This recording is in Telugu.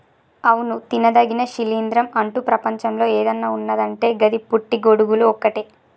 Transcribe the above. అవును తినదగిన శిలీంద్రం అంటు ప్రపంచంలో ఏదన్న ఉన్నదంటే గది పుట్టి గొడుగులు ఒక్కటే